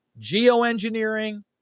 geoengineering